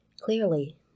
Clearly